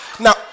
Now